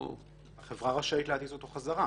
--- החברה רשאית להטיס אותו חזרה.